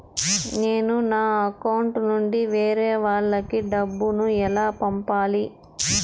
నేను నా అకౌంట్ నుండి వేరే వాళ్ళకి డబ్బును ఎలా పంపాలి?